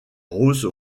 rose